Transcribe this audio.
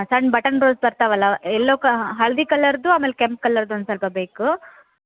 ಹಾಂ ಅಂದ್ರೆ ಈಗ ನಾವು ಗಾಡಿ ಕೊಟ್ಟು ಕಳಿಸ್ಬೇಕಲ್ಲ ಮತ್ತು ಡೆಲ್ವರಿ ಚಾರ್ಜ್ ಬೀಳತ್ತೈತಿ ನಿಮ್ಗೆ ಮತ್ತು